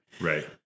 Right